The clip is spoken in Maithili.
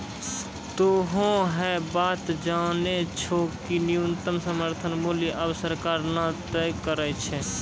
तोहों है बात जानै छौ कि न्यूनतम समर्थन मूल्य आबॅ सरकार न तय करै छै